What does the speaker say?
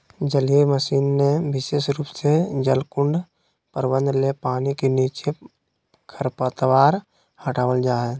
जलीय मशीन जे विशेष रूप से जलकुंड प्रबंधन ले पानी के नीचे खरपतवार हटावल जा हई